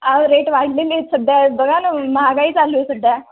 अहो रेट वाढलेली आहेत सध्या बघा ना महागाई चालू आहे सध्या